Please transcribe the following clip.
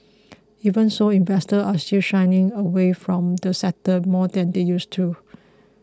even so investors are still shying away from the sector more than they used to